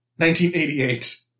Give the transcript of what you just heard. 1988